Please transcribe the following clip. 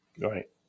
Right